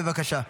בבקשה.